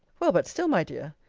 well, but still, my dear,